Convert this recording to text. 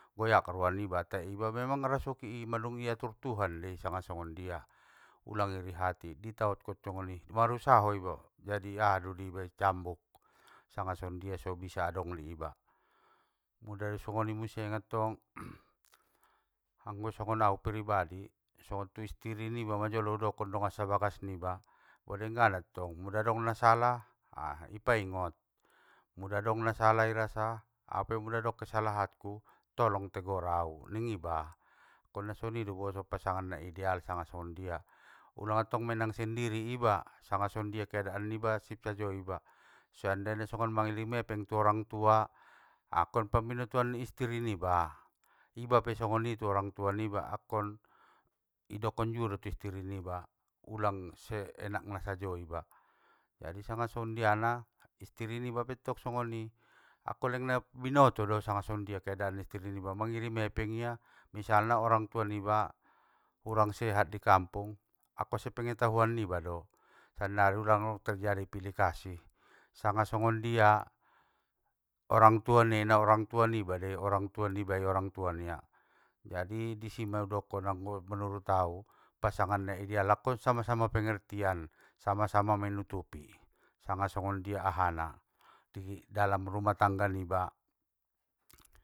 Goyak roa niba tai iba memang rasoki i, madung i atur tuhan dei sanga songondia, ulang iri hati itaonkon songoni, marusaho iba jadi aha doi di iba cambuk sanga songondia sobisa adong di iba, mula nasongoni muse attong, anggo songon au peribadi, songon tu istiri niba majolo udokon dongan sabagas niba, o denggan attong, mula adong nasala ipaingot, mula dong nasala irasa, au pe pula adong kesalahanku, tolong tegor au ning iba. Angkon nasongonido boso pasangan na ideal sanga songondia, ulang attong menang sendiri iba sanga songondia keadaan niba sipsajo iba, seandaina songon manglirim epeng tu orang tua, angkon pambinotoan ni istiri niba! Iba pe songoni tu orangtua niba angkon, idokon juodo tu istiri niba, ulang seenakna sajo iba. Jadi sanga songondiana istiri niba pettong songoni, angkon lengna binoto do keadaan ni istiri niba mangirim epeng ia, misalna orangtua niba, urang sehat i kampung, angkon sepengetahuan ni iba do, sannari ulang terjadi pilih kasih, sanga songondia orangtua nia orangtua niba dei, orangtua nibai orangtua nia, jadi disima udokon anggo manurut au, pasangan na ideal angkon sama sama pengertian sama sama menutupi sanga songondia ahana, di dalam rumah tangga niba.